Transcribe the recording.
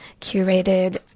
curated